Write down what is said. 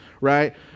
right